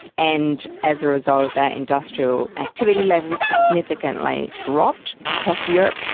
and as a result of that, industrial activity levels significantly dropped across europe,